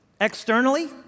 externally